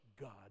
God